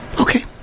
Okay